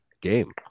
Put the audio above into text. game